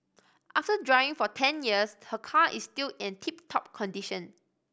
after driving for ten years her car is still in tip top condition